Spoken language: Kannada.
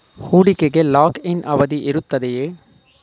ಹೂಡಿಕೆಗೆ ಲಾಕ್ ಇನ್ ಅವಧಿ ಇರುತ್ತದೆಯೇ?